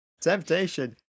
temptation